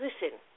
listen